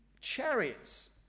chariots